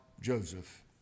Joseph